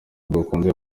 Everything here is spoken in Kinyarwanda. dukunze